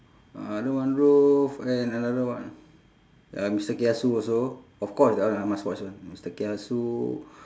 uh under one roof and another one ya mister kiasu also of course that one I must watch [one] mister kiasu